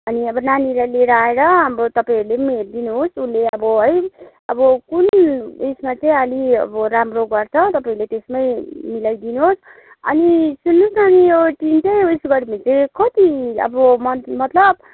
अनि अब नानीलाई लिएर आएर अब तपाईँहरूले पनि हेरिदिनुहोस् उसले अब है अब कुन उयसमा चाहिँ अलि अब राम्रो गर्छ तपाईँले त्यसमै मिलाइदिनुहोस् अनि सुन्नुहोस् न अनि यो जुन चाहिँ उसबाट भने चाहिँ कति अब मन्थ मतलब